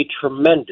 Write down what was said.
tremendous